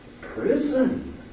prison